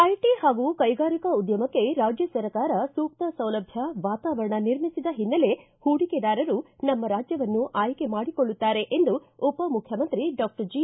ಐಟ ಹಾಗೂ ಕೈಗಾರಿಕಾ ಉದ್ದಮಕ್ಕೆ ರಾಜ್ಯ ಸರ್ಕಾರ ಸೂಕ್ತ ಸೌಲಭ್ಯ ವಾತಾವರಣ ನಿರ್ಮಿಸಿದ ಹಿನೈಲೆ ಹೂಡಿಕೆದಾರರು ನಮ್ಮ ರಾಜ್ಯವನ್ನು ಆಯ್ಕೆ ಮಾಡಿಕೊಳ್ಳುತ್ತಾರೆ ಎಂದು ಉಪಮುಖ್ಯಮಂತ್ರಿ ಡಾಕ್ಟರ್ ಜಿ